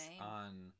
on